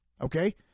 Okay